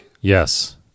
Yes